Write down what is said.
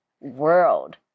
world